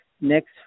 next